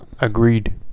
Agreed